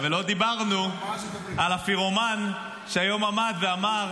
ולא דיברנו על הפירומן שהיום עמד ואמר: